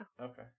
Okay